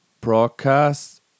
broadcast